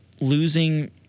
losing